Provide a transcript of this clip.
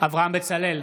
אברהם בצלאל,